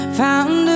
found